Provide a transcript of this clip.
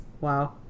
wow